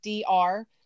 DR